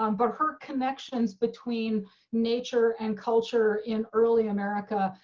um but her connections between nature and culture in early america.